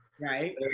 Right